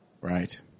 right